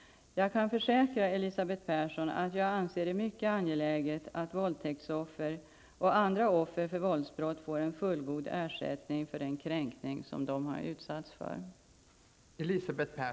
Jag kan försäkra Elisabeth Persson att jag anser det mycket angeläget att våldstäktsoffer och andra offer för våldsbrott får en fullgod ersättning för den kränkning som de utsatts för.